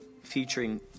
featuring